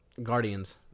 Guardians